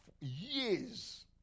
years